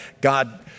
God